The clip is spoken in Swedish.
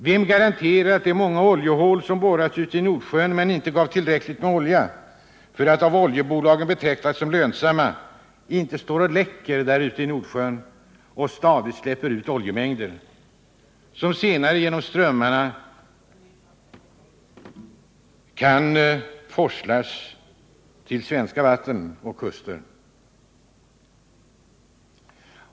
Vem garanterar att de många oljehål som borrats ute i Nordsjön men inte givit tillräckligt med olja för att av oljebolagen betraktas som lönsamma inte står och läcker där ute i Nordsjön och stadigt släpper ut oljemängder, som senare genom strömmarna kan forslas till svenska vatten och kuster?